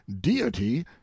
deity